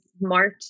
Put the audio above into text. March